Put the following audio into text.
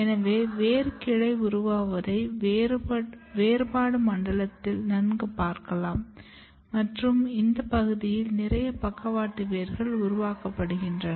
எனவே வேர் கிளைகள் உருவாவதை வேறுபாடு மண்டலத்தில் நன்கு பார்க்கலாம் மற்றும் இந்த பகுதியில் நிறைய பக்கவாட்டு வேர்கள் உருவாக்கப்படுகின்றன